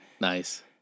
nice